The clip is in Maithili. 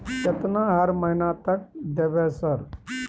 केतना हर महीना तक देबय सर?